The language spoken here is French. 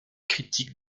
critiques